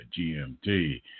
GMT